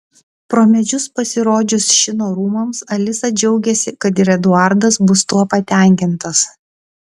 pro medžius pasirodžius šino rūmams alisa džiaugiasi kad ir eduardas bus tuo patenkintas